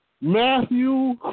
Matthew